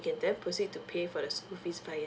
can then proceed to pay for the school fee by